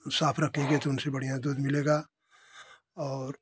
साफ रखेंगे तो उनसे बढ़िया दूध मिलेगा और